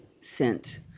sent